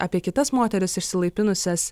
apie kitas moteris išsilaipinusias